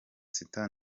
sita